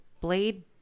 blade